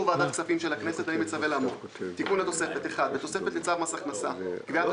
ועדת הכספים של הכנסת אני 1. תיקוןבתוספת לצו מס הכנסה (קביעת